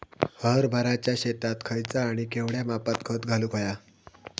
हरभराच्या शेतात खयचा आणि केवढया मापात खत घालुक व्हया?